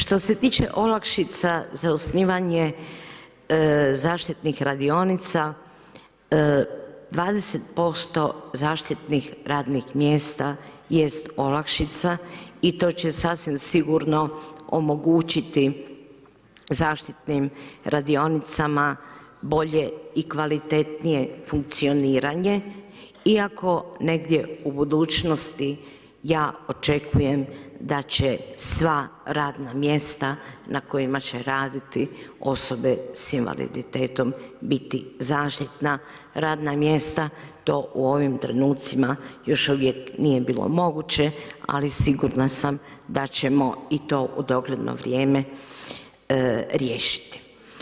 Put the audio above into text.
Što se tiče olakšica za osnivanje zaštitnih radionica, 20% zaštitnih radnih mjesta jest olakšica i to će sasvim sigurno omogućiti zaštitnim radionicama bolje i kvalitetnije funkcioniranje iako negdje u budućnosti ja očekujem da će sva radna mjesta na kojima će raditi osobe sa invaliditetom biti zaštitna radna mjesta to u ovim trenucima još uvijek nije bilo moguće ali sigurna sam da ćemo i to u dogledno vrijeme riješiti.